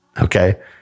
Okay